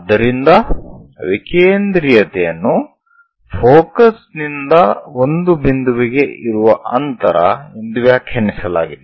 ಆದ್ದರಿಂದ ವಿಕೇಂದ್ರೀಯತೆಯನ್ನು ಫೋಕಸ್ ನಿಂದ ಒಂದು ಬಿಂದುವಿಗೆ ಇರುವ ಅಂತರ ಎಂದು ವ್ಯಾಖ್ಯಾನಿಸಲಾಗಿದೆ